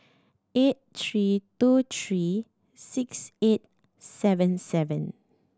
eight three two three six eight seven seven